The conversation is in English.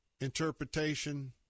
interpretation